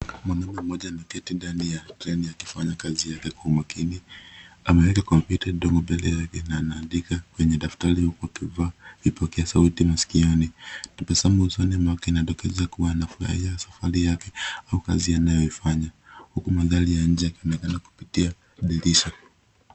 Mwanaume mmoja ameketi ndani ya treni akifanya kazi kwa umakini, ameweka kompyuta ndogo mbele yake na anaandika kwenye daftari huku akivaa vipokeo sauti masikioni. Tabasamu usoni mwake inadokeza kuwa anafurahia safari yake au kazi anayoifanya. Huku mandhari ya nje yanaonekana kupitia dirisha.